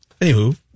Anywho